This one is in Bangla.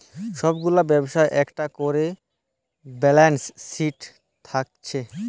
সব গুলা ব্যবসার একটা কোরে ব্যালান্স শিট থাকছে